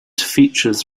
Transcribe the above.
features